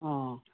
অ'